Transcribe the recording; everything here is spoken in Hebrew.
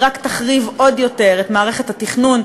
היא רק תחריב עוד יותר את מערכת התכנון,